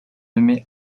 nommé